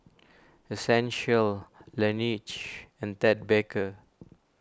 Essential Laneige and Ted Baker